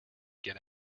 get